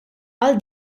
għal